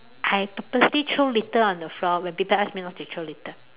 I purposely throw litter on the floor when people asked me not to litter